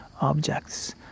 objects